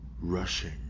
rushing